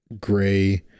gray